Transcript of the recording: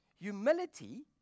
humility